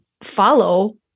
follow